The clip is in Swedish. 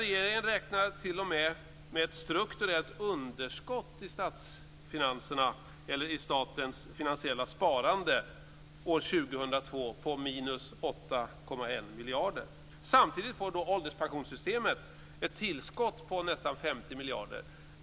Regeringen räknar t.o.m. med ett strukturellt underskott i statsfinanserna eller i statens finansiella sparande år 2002 på 8,1 miljarder. Samtidigt får ålderspensionssystemet ett tillskott på nästan 50 miljarder.